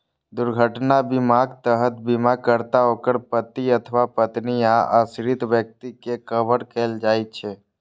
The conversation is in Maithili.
दुर्घटना बीमाक तहत बीमाकर्ता, ओकर पति अथवा पत्नी आ आश्रित व्यक्ति कें कवर कैल जाइ छै